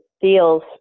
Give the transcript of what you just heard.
feels